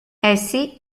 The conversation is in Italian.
essi